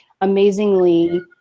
amazingly